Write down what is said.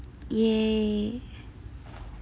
yea